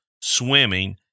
swimming